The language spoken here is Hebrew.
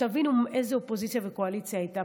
תבינו איזו אופוזיציה וקואליציה היו פה.